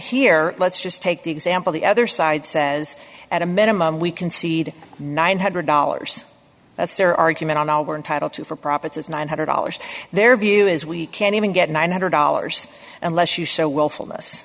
here let's just take the example the other side says at a minimum we concede nine hundred dollars that's their argument on all we're entitled to for profits is nine hundred dollars their view is we can't even get nine hundred dollars unless you show willful